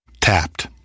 Tapped